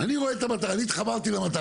יזם,